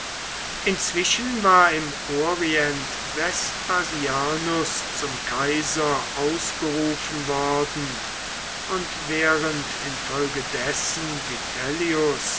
inzwischen war im orient vespasianus zum kaiser ausgerufen worden und während infolgedessen